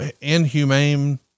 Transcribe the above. inhumane